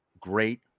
great